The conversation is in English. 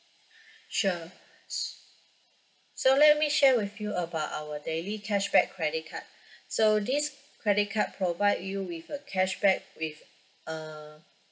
sure s~ so let me share with you about our daily cashback credit card so this credit card provide you with a cashback with uh